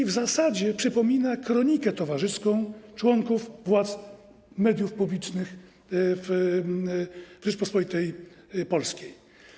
W zasadzie przypomina to kronikę towarzyską członków władz mediów publicznych w Rzeczypospolitej Polskiej.